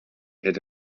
had